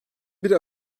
bir